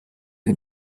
you